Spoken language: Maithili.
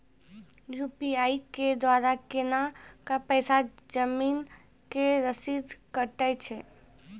यु.पी.आई के द्वारा केना कऽ पैसा जमीन के रसीद कटैय छै?